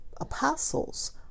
apostles